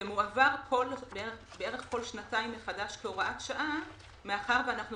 זה מועבר בערך כל שנתיים מחדש כהוראת שעה מאחר ואנחנו